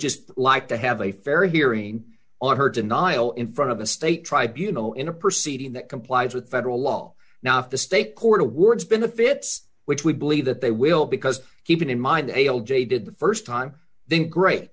just like to have a fair hearing on her denial in front of a state tribunals in a proceeding that complies with federal law now if the state court awards benefits which we believe that they will because keep in mind they all jaded the st time then great